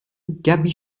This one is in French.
gaby